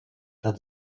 that